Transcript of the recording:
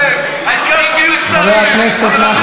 חבר הכנסת חסון,